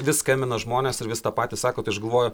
vis skambina žmonės ir vis tą patį sako tai aš galvoju